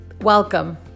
Welcome